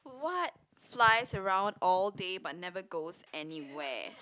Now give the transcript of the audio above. what flies around all day but never goes anywhere